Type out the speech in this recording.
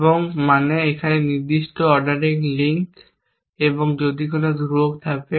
এবং মানে এখানে নির্দিষ্ট অর্ডারিং লিঙ্ক এবং যদি কোন ধ্রুবক থাকে